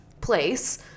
place